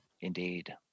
Indeed